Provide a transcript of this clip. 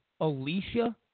Alicia